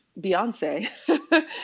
Beyonce